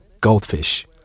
goldfish